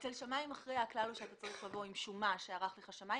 אצל שמאי מכריע הכלל הוא שאתה צריך לבוא עם שומה שערך לך שמאי,